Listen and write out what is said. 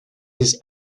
his